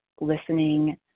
listening